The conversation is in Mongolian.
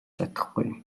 чадахгүй